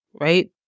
right